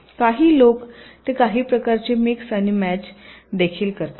काही लोक ते काही प्रकारचे मिक्स आणि मॅच देखील करतात